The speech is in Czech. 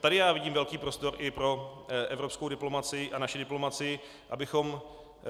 Tady já vidím velký prostor i pro evropskou diplomacii a pro naši demokracii, abychom